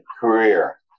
career